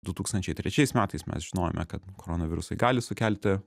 du tūkstančiai trečiais metais mes žinojome kad korona virusai gali sukelti